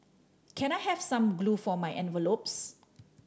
can I have some glue for my envelopes